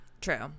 true